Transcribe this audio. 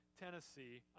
Tennessee